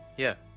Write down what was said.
yeah,